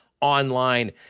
online